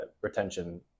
retention